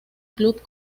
club